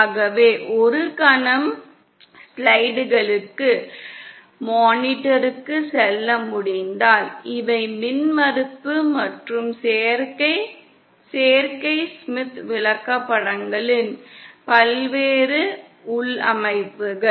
ஆகவே ஒரு கணம் ஸ்லைடுகளுக்கு மானிட்டருக்குச் செல்ல முடிந்தால் இவை மின்மறுப்பு மற்றும் சேர்க்கை ஸ்மித் விளக்கப்படங்களின் பல்வேறு உள்ளமைவுகள்